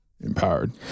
empowered